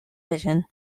vision